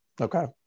Okay